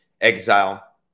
exile